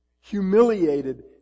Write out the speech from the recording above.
humiliated